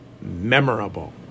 memorable